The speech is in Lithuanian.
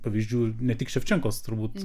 pavyzdžių ne tik ševčenkos turbūt